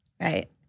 Right